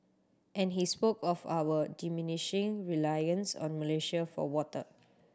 and he spoke of our diminishing reliance on Malaysia for water